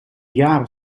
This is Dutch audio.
jaren